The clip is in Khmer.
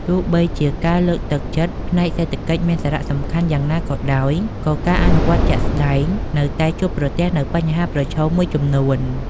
ទោះបីជាការលើកទឹកចិត្តផ្នែកសេដ្ឋកិច្ចមានសារៈសំខាន់យ៉ាងណាក៏ដោយ ក៏ការអនុវត្តជាក់ស្តែងនៅតែជួបប្រទះនូវបញ្ហាប្រឈមមួយចំនួន។